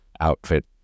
outfit